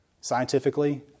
Scientifically